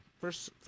first